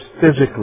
physically